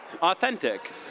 authentic